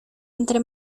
entre